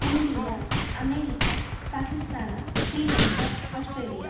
India America Pakistan Sri Lanka Australia